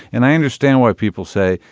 and i understand why people say,